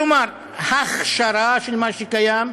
כלומר, הכשרה של מה שקיים,